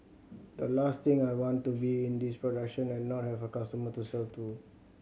the last thing I want to be in this production and not have a customer to sell to